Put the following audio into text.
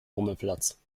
rummelplatz